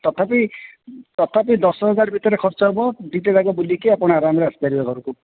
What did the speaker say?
ତଥାପି ତଥାପି ଦଶ ହଜାର ଭିତରେ ଖର୍ଚ୍ଚ ହେବ ଦୁଇ ଟା ଯାକ ବୁଲିକି ଆପଣ ଆରାମ ରେ ଆସି ପାରିବେ ଘରକୁ